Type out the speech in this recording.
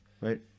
Right